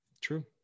true